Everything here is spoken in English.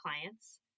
clients